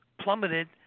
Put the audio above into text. plummeted